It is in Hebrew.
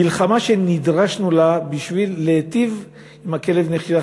מלחמה שנדרשנו לה בשביל להיטיב עם כלב הנחייה,